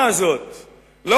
השאלה מדוע לא קיבלתם את ההצעה,